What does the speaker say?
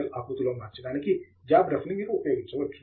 L ఆకృతిలో మార్చడానికి job ref ని మీరు ఉపయోగించవచ్చు